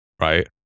Right